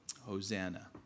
Hosanna